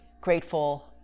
grateful